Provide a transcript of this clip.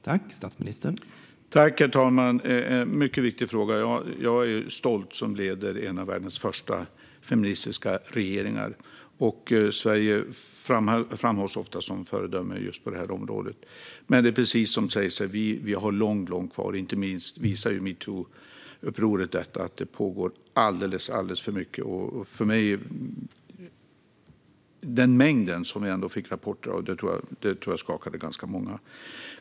Herr talman! Det är en mycket viktig fråga. Jag är stolt över att leda en av världens första feministiska regeringar. Sverige framhålls ofta som föredöme på detta område. Men det är precis som sägs här: Vi har långt kvar. Inte minst visar metoo-upproret att det pågår alldeles för mycket. Den mängd som vi fick rapporter om tror jag skakade ganska många.